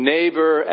Neighbor